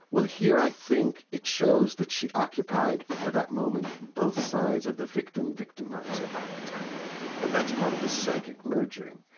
well here i think it shows that she occupied for that moment both sides of the victim victimiser archetype and that's part of the psychic merging,